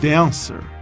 Dancer